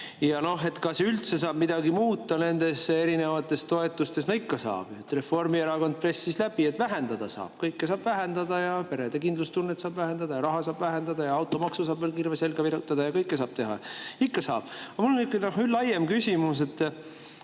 Ja noh, kas üldse saab midagi muuta nendes erinevates toetustes? No ikka saab. Reformierakond pressis läbi, et saab vähendada. Kõike saab vähendada. Perede kindlustunnet saab vähendada ja raha saab vähendada ja automaksu saab veel kirvena selga virutada ja kõike saab teha. Ikka saab. Aga mul on nihuke laiem küsimus.